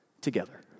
together